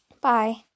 bye